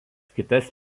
kitas